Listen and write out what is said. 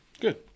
Good